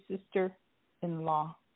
sister-in-law